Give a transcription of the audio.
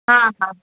हा हा